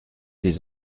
des